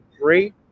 Great